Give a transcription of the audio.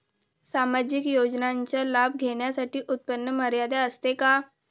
सामाजिक योजनांचा लाभ घेण्यासाठी उत्पन्न मर्यादा असते का?